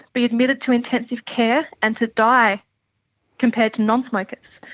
be admitted to intensive care and to die compared to non-smokers.